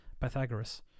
Pythagoras